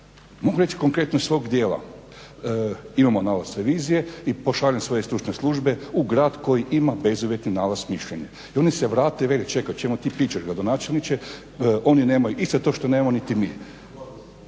Mogu reći konkretno iz svog dijela, imamo nalaz revizije i pošaljem svoje stručne službe u grad koji ima bezuvjetni nalaz mišljenja i oni se vrate i vele, čekaj, o čemu ti pričaš gradonačelniče, oni nemaju isto to što nemamo niti mi.